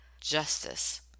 justice